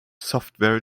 software